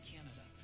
Canada